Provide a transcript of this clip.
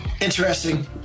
Interesting